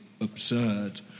absurd